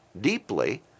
deeply